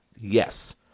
Yes